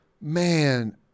Man